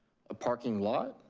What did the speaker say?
a parking lot,